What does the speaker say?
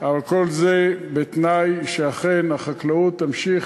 אבל כל זה בתנאי שאכן החקלאות תמשיך